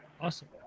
Awesome